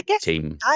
team